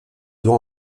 dont